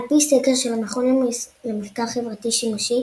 על פי סקר של המכון למחקר חברתי שימושי